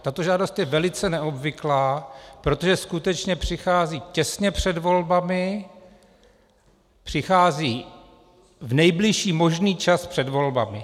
Tato žádost je velice neobvyklá, protože skutečně přichází těsně před volbami, přichází v nejbližší možný čas před volbami.